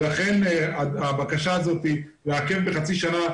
לכן הבקשה הזאת לעכב בחצי שנה,